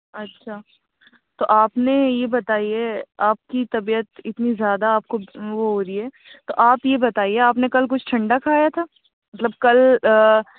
اچھا تو آپ نے یہ بتائیے آپ کی طبیعت اتنی زیادہ آپ کو وہ ہو رہی ہے تو آپ یہ بتائیے آپ نے کل کچھ ٹھنڈا کھایا تھا مطلب کل